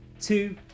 two